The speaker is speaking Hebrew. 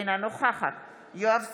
אינה נוכחת יואב סגלוביץ'